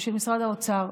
הוא של משרד האוצר.